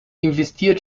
investiert